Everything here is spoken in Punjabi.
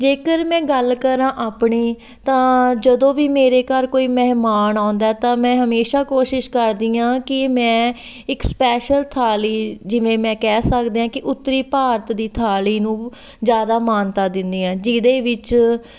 ਜੇਕਰ ਮੈਂ ਗੱਲ ਕਰਾਂ ਆਪਣੀ ਤਾਂ ਜਦੋਂ ਵੀ ਮੇਰੇ ਘਰ ਕੋਈ ਮਹਿਮਾਨ ਆਉਂਦਾ ਤਾਂ ਮੈਂ ਹਮੇਸ਼ਾ ਕੋਸ਼ਿਸ਼ ਕਰਦੀ ਹਾਂ ਕਿ ਮੈਂ ਇੱਕ ਸਪੈਸ਼ਲ ਥਾਲੀ ਜਿਵੇਂ ਮੈਂ ਕਹਿ ਸਕਦੇ ਹਾਂ ਕਿ ਉੱਤਰੀ ਭਾਰਤ ਦੀ ਥਾਲੀ ਨੂੰ ਜ਼ਿਆਦਾ ਮਾਨਤਾ ਦਿੰਦੀ ਹਾਂ ਜਿਹਦੇ ਵਿੱਚ